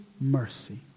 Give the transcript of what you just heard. mercy